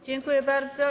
Dziękuję bardzo.